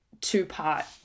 two-part